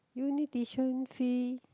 uni tuition fee